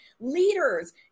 Leaders